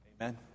amen